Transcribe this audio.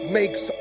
makes